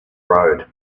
road